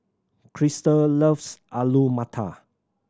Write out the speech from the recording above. Crystal loves Alu Matar